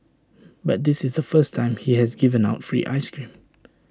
but this is the first time he has given out free Ice Cream